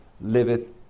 liveth